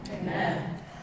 Amen